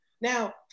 Now